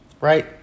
right